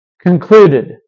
concluded